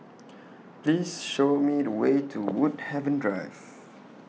Please Show Me The Way to Woodhaven Drive